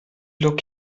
lok